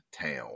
town